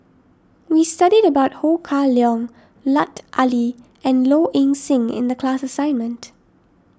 we studied about Ho Kah Leong Lut Ali and Low Ing Sing in the class assignment